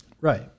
Right